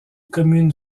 commune